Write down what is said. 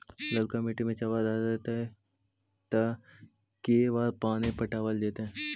ललका मिट्टी में चावल रहतै त के बार पानी पटावल जेतै?